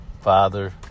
father